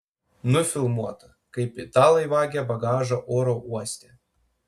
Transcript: nufilmuota kaip italai vagia bagažą oro uoste